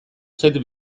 zait